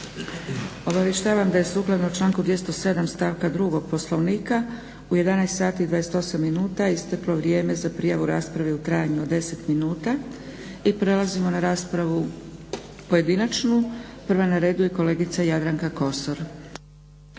Obavještavam da je sukladno članku 207. stavka 2. Poslovnika u 11,28 isteklo vrijeme za prijavu rasprave u trajanju od 10 minuta. Prelazimo na pojedinačnu raspravu. Prva na redu je kolegica Jadranka Kosor.